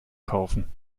kaufen